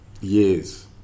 years